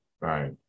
Right